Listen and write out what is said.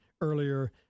earlier